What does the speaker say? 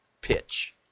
pitch